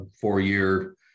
four-year